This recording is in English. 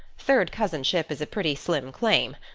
third cousinship is a pretty slim claim.